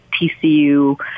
TCU